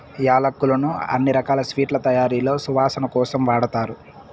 యాలక్కులను అన్ని రకాల స్వీట్ల తయారీలో సువాసన కోసం వాడతారు